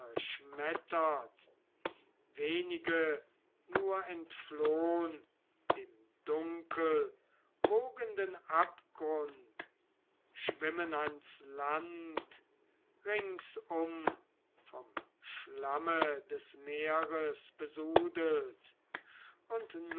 wenige nur entflohn dem dunkelwogenden abgrund schwimmen ans land ringsum vom schlamme des meeres besudelt und